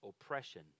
oppression